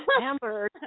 amber